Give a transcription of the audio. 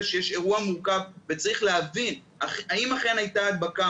שיש אירוע מורכב וצריך להבין האם אכן הייתה הדבקה,